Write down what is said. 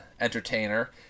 entertainer